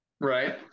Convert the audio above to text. Right